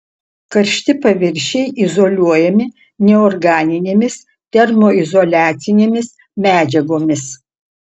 karšti paviršiai izoliuojami neorganinėmis termoizoliacinėmis medžiagomis